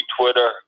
Twitter